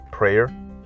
prayer